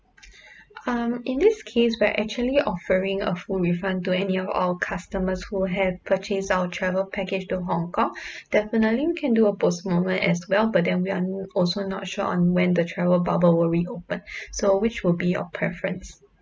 um in this case we're actually offering a full refund to any of our customers who have purchased our travel package to hong kong definitely we can do a postponement as well but then we are also not sure on when the travel bubble will reopen so which will be your preference